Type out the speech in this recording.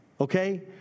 Okay